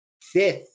fifth